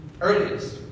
earliest